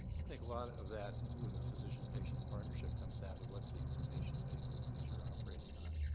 i think a lot of that with a physician-patient partnership comes down to, what's the information basis that you're operating on?